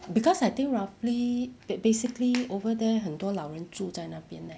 because I think roughly basically over there 很多老人住在那边 leh